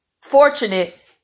fortunate